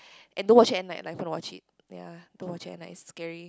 and don't watch it at night like if you're gonna watch it ya don't watch it at night it is scary